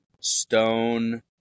stone